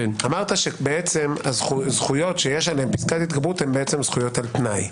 אמרת שהזכויות שיש עליהן פסקת התגרות הן על תנאי.